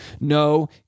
No